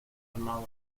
armados